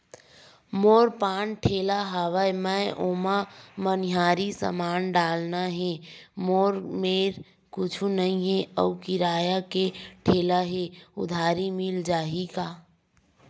मोर पान ठेला हवय मैं ओमा मनिहारी समान डालना हे मोर मेर कुछ नई हे आऊ किराए के ठेला हे उधारी मिल जहीं का?